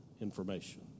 information